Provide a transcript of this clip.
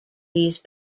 these